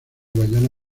guayana